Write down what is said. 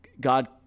God